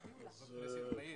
היום: